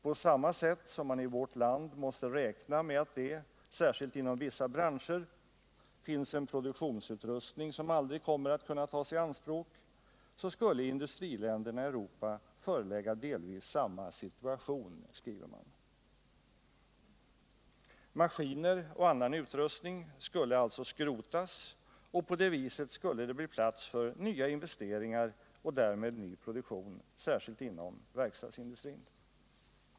”På samma sätt som man i vårt land måste räkna med att det, särskilt inom vissa branscher, finns en produktionsutrustning som aldrig kommer att kunna tas i anspråk så skulle i industriländerna i Europa föreligga delvis samma situation”, skriver man. Maskiner och annan utrustning skulle alltså skrotas, och på det viset skulle det bli plats för nya investeringar och därmed ny produktion, särskilt inom verkstadsindustrin.